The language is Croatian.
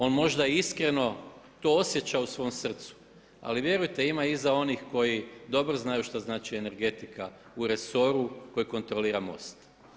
On možda iskreno to osjeća u svom srcu, ali vjerujte ima iza onih koji dobro znaju što znači energetika u resoru koji kontrolira MOST.